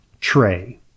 tray